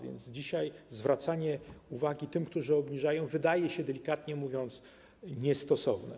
Więc dzisiaj zwracanie uwagi tym, którzy go obniżają, wydaje się, delikatnie mówiąc, niestosowne.